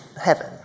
heaven